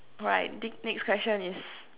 alright next question is